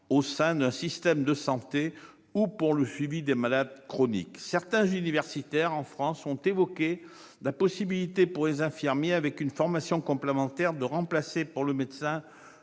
au sein du système de santé ou pour le suivi des maladies chroniques. Certains universitaires, en France, ont évoqué la possibilité pour les infirmiers, au terme d'une formation complémentaire, de remplacer le médecin